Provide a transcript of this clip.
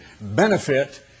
benefit